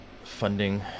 funding